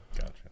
Gotcha